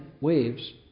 waves